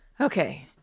Okay